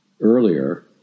earlier